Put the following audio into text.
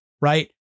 Right